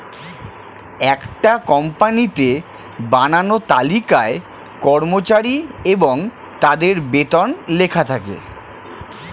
একটা কোম্পানিতে বানানো তালিকায় কর্মচারী এবং তাদের বেতন লেখা থাকে